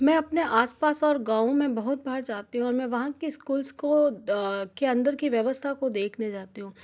मैं अपने आस पास और गाँव में बहुत बार जाती हूँ और मैं वहाँ के इस्कूलल्स को के अन्दर की व्यवस्था को देखने जाती हूँ